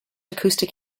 acoustic